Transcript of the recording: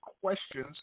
questions